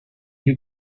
you